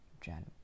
Jan